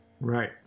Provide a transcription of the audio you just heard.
Right